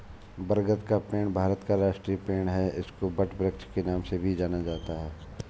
बरगद का पेड़ भारत का राष्ट्रीय पेड़ है इसको वटवृक्ष के नाम से भी जाना जाता है